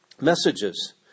messages